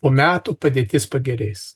po metų padėtis pagerės